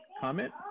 comment